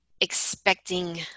expecting